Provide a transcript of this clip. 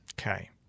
Okay